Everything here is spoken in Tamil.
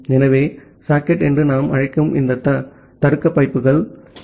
ஆகவே சாக்கெட் என்று நாம் அழைக்கும் இந்த தருக்க பைப்கள் டி